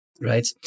right